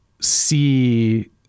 see